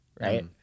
right